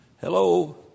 Hello